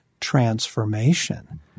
transformation